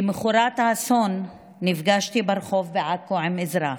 למוחרת האסון נפגשתי ברחוב בעכו עם אזרח,